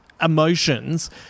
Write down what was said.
emotions